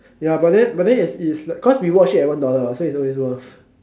ya but then but then is is like cause we watch it at one dollar [what] so is always worth